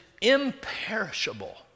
imperishable